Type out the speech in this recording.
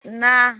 না